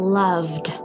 loved